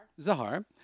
Zahar